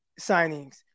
signings